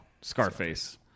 Scarface